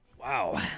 Wow